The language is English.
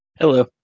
Hello